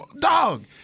dog